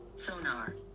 sonar